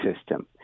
system